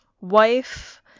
wife